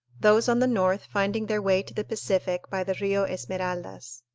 those on the north finding their way to the pacific by the rio esmeraldas.